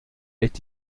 est